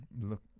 look